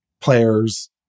players